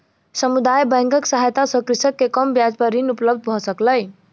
समुदाय बैंकक सहायता सॅ कृषक के कम ब्याज पर ऋण उपलब्ध भ सकलै